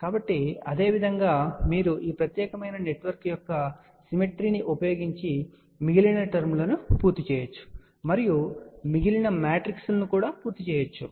కాబట్టి అదేవిధంగా మీరు ఈ ప్రత్యేకమైన నెట్వర్క్ యొక్క సిమెట్రీ ను ఉపయోగించి మిగిలిన టర్మ్ లను పూర్తి చేయవచ్చు మరియు మిగిలిన మ్యాట్రిక్స్ లను పూర్తి చేయవచ్చు